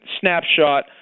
snapshot